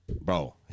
Bro